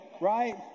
right